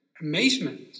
amazement